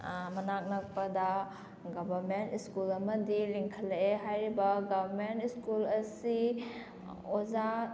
ꯃꯅꯥꯛ ꯅꯛꯄꯗ government school ꯑꯃꯗꯤ ꯂꯤꯡꯈꯠꯂꯛꯑꯦ ꯍꯥꯏꯔꯤꯕ ꯒꯚꯔꯟꯃꯦꯟꯠ ꯁ꯭ꯀꯨꯜ ꯑꯁꯤ ꯑꯣꯖꯥ